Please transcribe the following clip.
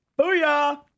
Booyah